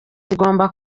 zigomba